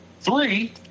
Three